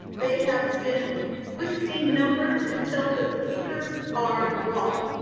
they have been twisting numbers until their fingers are raw.